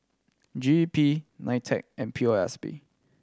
G E P NITEC and P O S B